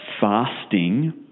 fasting